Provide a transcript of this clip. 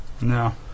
No